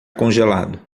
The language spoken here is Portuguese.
congelado